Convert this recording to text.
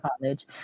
college